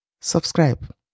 subscribe